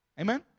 Amen